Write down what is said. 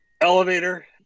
elevator